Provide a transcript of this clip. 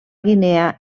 guinea